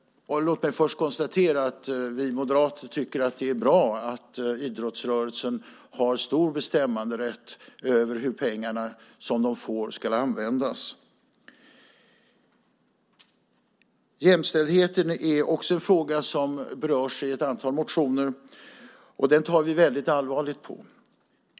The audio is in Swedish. Låt mig först konstatera att vi moderater tycker att det är bra att idrottsrörelsen har stor bestämmanderätt över hur de pengar som de får ska användas. Jämställdheten är också en fråga som berörs i ett antal motioner, och den tar vi väldigt allvarligt på.